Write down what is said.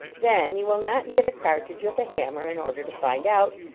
then he will not hit a cart ridge with a hammer in order to find out,